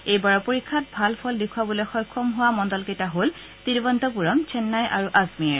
এইবাৰৰ পৰীক্ষাত ভাল ফল দেখুৱাবলৈ সক্ষম হোৱা মণ্ডলকেইটা হ'ল তিৰুৱনন্তপুৰম চেন্নাই আৰু আজমেৰ